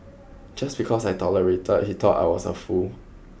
just because I tolerated he thought I was a fool